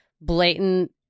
blatant